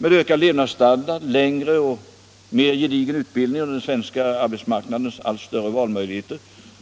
Med höjd levnadsstandard, längre och mer gedigen utbildning och den svenska arbetsmarknadens allt större valmöjligheter